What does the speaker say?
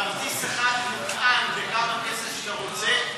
כרטיס אחד מוטען בכמה כסף שאתה רוצה,